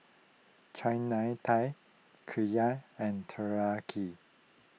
Chana Dal Okayu and Teriyaki